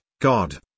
God